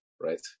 right